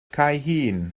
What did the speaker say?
caerhun